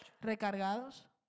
recargados